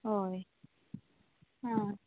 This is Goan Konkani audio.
हय आ